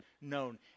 known